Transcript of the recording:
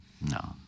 No